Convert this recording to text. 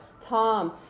Tom